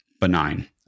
benign